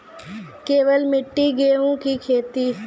केवल मिट्टी गेहूँ की खेती?